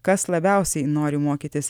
kas labiausiai nori mokytis